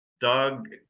doug